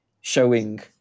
showing